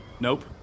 Nope